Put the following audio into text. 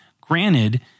granted